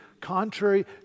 contrary